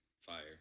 Fire